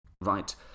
right